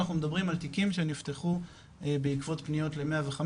אנחנו מדברים על תיקים שנפתחו בעקבות פניות ל-105,